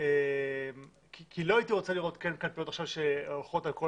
כי לא הייתי רוצה לראות קלפיות שהולכות לכל